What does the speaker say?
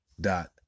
dot